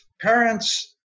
parents